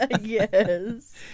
Yes